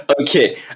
Okay